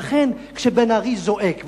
ולכן כשבן-ארי זועק,